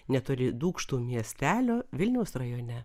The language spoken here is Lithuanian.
netoli dūkštų miestelio vilniaus rajone